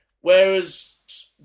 Whereas